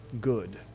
good